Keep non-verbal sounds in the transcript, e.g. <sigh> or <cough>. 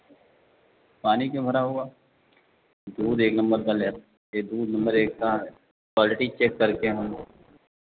पानी क्यों भरा होगा दूध एक नंबर का <unintelligible> ये दूध नंबर एक का क्वालिटी चेक करके हम